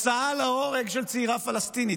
כהוצאה להורג של צעירה פלסטינית.